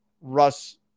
Russ